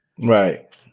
Right